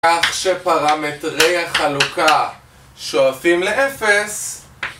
כך שפרמטרי החלוקה שואפים לאפס